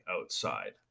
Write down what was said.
outside